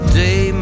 day